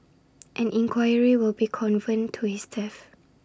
an inquiry will be convened to his death